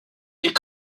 est